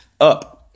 up